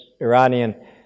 Iranian